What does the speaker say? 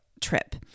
trip